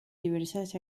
diversas